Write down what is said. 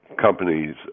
companies